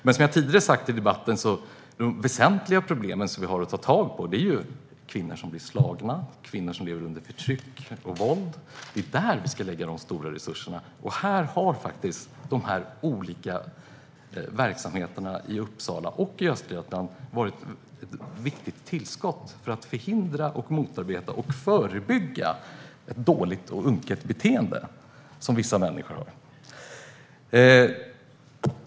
Men som jag tidigare sagt i debatten är de väsentliga problem som vi har att ta tag i att kvinnor blir slagna och att kvinnor lever under förtryck och våld. Det är där vi ska lägga de stora resurserna, och de olika verksamheterna i Uppsala och Östergötland har varit ett viktigt tillskott för att förhindra, motarbeta och förebygga ett dåligt och unket beteende som vissa människor har.